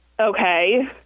Okay